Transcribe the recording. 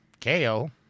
KO